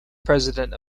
president